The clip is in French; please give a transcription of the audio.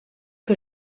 que